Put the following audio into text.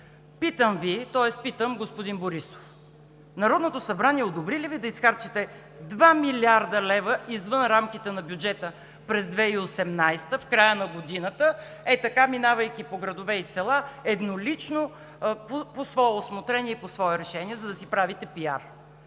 събрание. Питам господин Борисов: Народното събрание одобри ли Ви да изхарчите 2 млрд. лв. извън рамките на бюджета през 2018 г., в края на годината, ей така, минавайки по градове и села, еднолично по свое усмотрение и по свое решение, за да си правите пиар?